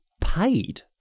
paid